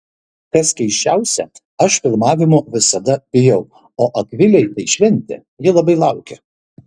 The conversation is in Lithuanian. kas keisčiausia aš filmavimų visada bijau o akvilei tai šventė ji labai laukia